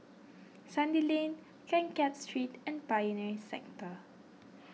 Sandy Lane Keng Kiat Street and Pioneer Sector